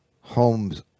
homes